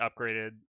upgraded